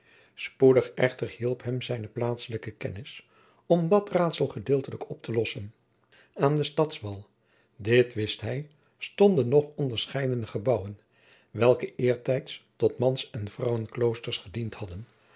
spoedig echter hielp hem zijne plaatselijke kennis om dat raadsel gedeeltelijk op te lossen aan den stadswal dit wist hij stonden nog onderscheidene gebouwen welke eertijds tot mans en vrouwenkloosters gediend hadden